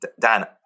Dan